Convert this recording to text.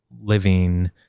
living